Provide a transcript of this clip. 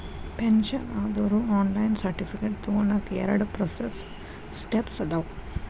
pension ಆದೋರು online certificate ತೊಗೋನಕ ಎರಡ ಪ್ರೋಸೆಸ್ ಸ್ಟೆಪ್ಸ್ ಅದಾವ